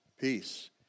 Peace